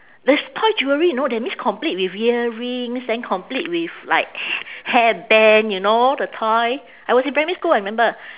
there's toy jewellery you know that means complete with earrings then complete with like h~ hairband you know the toy I was in primary school I remember